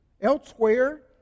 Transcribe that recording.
Elsewhere